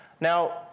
Now